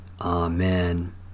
Amen